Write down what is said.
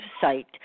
site